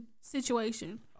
situation